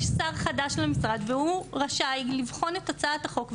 יש שר חדש למשרד והוא רשאי לבחון את הצעת החוק.